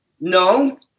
No